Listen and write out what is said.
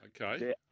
Okay